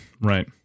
Right